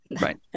right